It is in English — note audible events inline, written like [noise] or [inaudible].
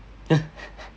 [laughs]